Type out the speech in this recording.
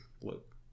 look